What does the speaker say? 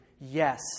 Yes